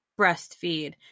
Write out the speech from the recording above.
breastfeed